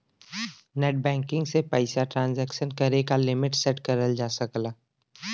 net banking से पइसा transaction करे क लिमिट सेट करल जा सकला